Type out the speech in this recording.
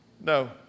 No